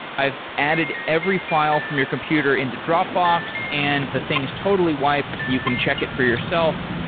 i've added every file from your computer into dropbox and the thing is totally wiped. you can check it for yourself.